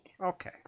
Okay